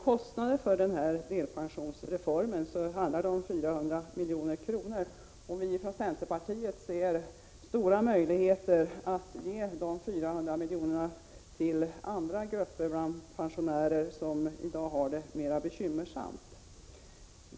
Kostnaderna för delpensionsreformen rör sig om 400 milj.kr. Vi från centerpartiet ser stora möjligheter att ge de 400 miljonerna till andra grupper bland pensionärerna som i dag har det mera bekymmersamt.